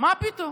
מה פתאום.